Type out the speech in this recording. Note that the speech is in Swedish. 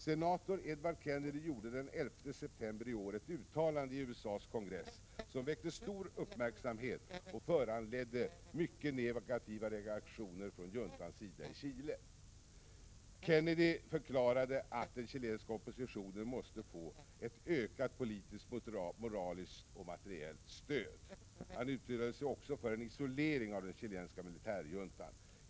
Senator Edward Kennedy gjorde den 11 september i år i USA:s kongress ett uttalande som väckte stor uppmärksamhet och föranledde mycket negativa reaktioner från juntans sida i Chile. Senator Kennedy förklarade att den chilenska oppositionen måste få ett ökat politiskt, moraliskt och materiellt stöd. Han uttalade sig också för en isolering av den chilenska militärjuntan.